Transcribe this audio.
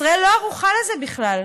ישראל לא ערוכה לזה בכלל,